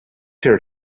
here